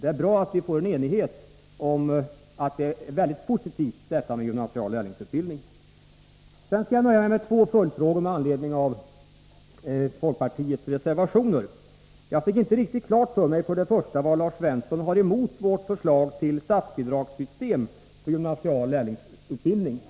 Det är bra att vi får enighet om att det är väldigt positivt med gymnasial lärlingsutbildning. Sedan skall jag nöja mig med två följdfrågor med anledning av folkpartiets reservationer. För det första fick jag inte riktigt klart för mig vad Lars Svensson har emot vårt förslag till statsbidragssystem för gymnasial lärlingsutbildning.